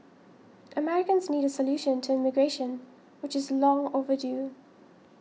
Americans need a solution to immigration which is long overdue